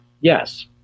yes